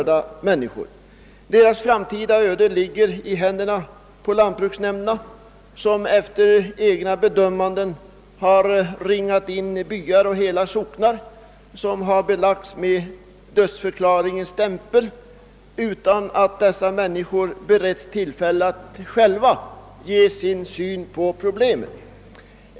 Deras framtida öden ligger i händerna på lantbruksnämnderna, som efter eget bedömande ringat in byar och hela socknar som belagts med dödsförklaringens stämpel utan att människorna beretts tillfälle att ge sin syn på problemet.